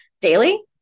daily